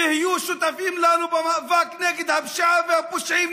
תהיו שותפים לנו במאבק נגד הפשיעה והפושעים,